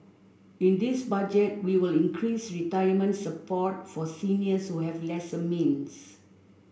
in this Budget we will increase retirement support for seniors who have lesser means